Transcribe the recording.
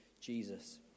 Jesus